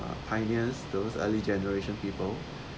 pioneers those early generation people